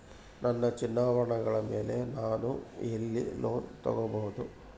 ನನ್ನ ಚಿನ್ನಾಭರಣಗಳ ಮೇಲೆ ನಾನು ಎಲ್ಲಿ ಲೋನ್ ತೊಗೊಬಹುದು?